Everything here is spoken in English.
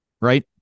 right